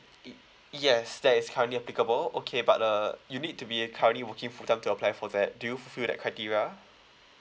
y~ yes that is currently applicable okay but uh you need to be uh currently working full time to apply for that do you fulfil that criteria